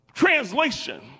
Translation